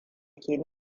ke